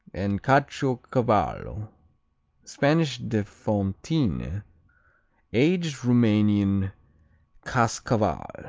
and caciocavallo spanish de fontine aged roumanian kaskaval.